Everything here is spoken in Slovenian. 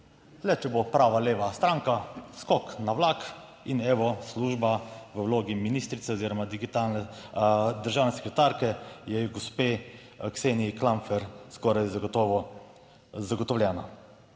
le če bo prava leva stranka skok na vlak in, evo, služba v vlogi ministrice oziroma digitalne državne sekretarke, je gospe Kseniji Klampfer skoraj zagotovo zagotovljena.